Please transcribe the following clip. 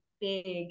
big